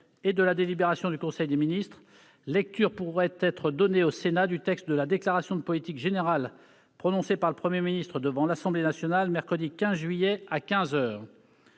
et de la délibération du conseil des ministres, lecture pourrait être donnée au Sénat du texte de la déclaration de politique générale prononcée par le Premier ministre devant l'Assemblée nationale mercredi 15 juillet, à